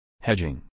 Hedging